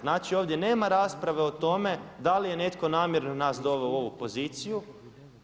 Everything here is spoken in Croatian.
Znači ovdje nema rasprave o tome da li je netko namjerno nas doveo u ovu poziciju,